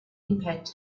impact